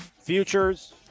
futures